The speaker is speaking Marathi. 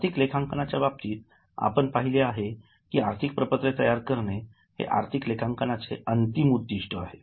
आर्थिक लेखांकनाच्या बाबतीत आपण पाहिले आहे की आर्थिक प्रपत्रे तयार करणे हे आर्थिक लेखांकनाचे अंतिम उद्दिष्ट आहे